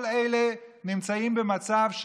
כל אלה נמצאים במצב,